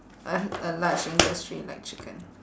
uh a large industry like chicken